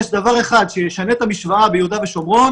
אם יש דבר אחד שישנה את המשוואה ביהודה ושומרון